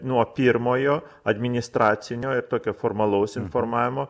nuo pirmojo administracinio ir tokio formalaus informavimo